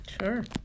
sure